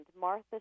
Martha